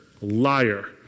liar